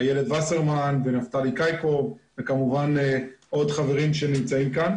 איילת וסרמן ונפתלי קאייקוב וכמובן עוד חברים שנמצאים כאן.